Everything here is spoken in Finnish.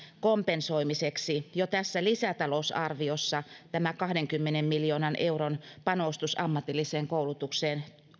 kompensoimiseksi jo tässä lisätalousarviossa tämä kahdenkymmenen miljoonan euron panostus ammatilliseen koulutukseen